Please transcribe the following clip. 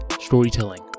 storytelling